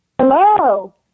Hello